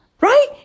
Right